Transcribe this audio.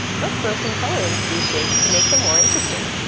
let's throw some color into these shapes to make them more interesting.